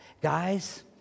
guys